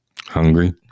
hungry